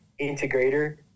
integrator